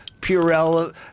Purell